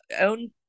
own